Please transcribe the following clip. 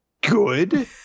good